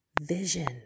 vision